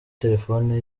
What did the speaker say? telephone